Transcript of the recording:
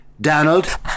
Donald